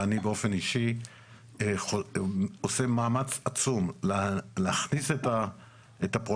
אני באופן אישי עושה מאמץ עצום להכניס את הפרויקט